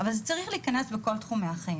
אבל זה צריך להיכנס בכל תחומי החיים.